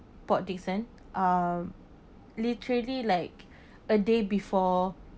port dickson uh literally like a day before